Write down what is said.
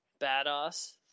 badass